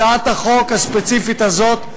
הצעת החוק הספציפית הזאת,